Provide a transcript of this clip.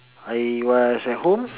I was at home